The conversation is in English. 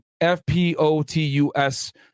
FPOTUS